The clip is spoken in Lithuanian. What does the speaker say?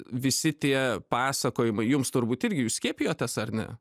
visi tie pasakojimai jums turbūt irgi jūs skiepijotės ar ne